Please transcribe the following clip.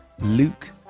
Luke